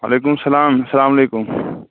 وعلیکُم سلام اسلام علیکُم